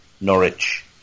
Norwich